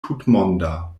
tutmonda